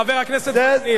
חבר הכנסת וקנין,